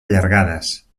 allargades